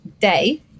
Day